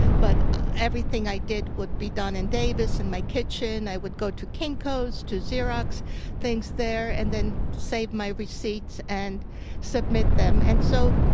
but everything i did would be done in davis in my kitchen. i would go to kinko's to xerox things there, and then save my receipts and submit them. and so,